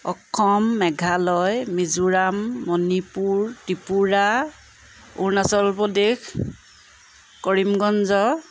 Assam Meghalaya Mizoram Manipur Tripura Arunachal Pradesh Karimganj